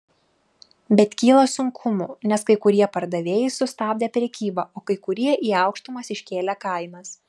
bet kyla sunkumų nes kai kurie pardavėjai sustabdė prekybą o kai kurie į aukštumas iškėlė kainas